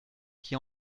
qui